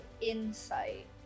insight